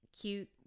cute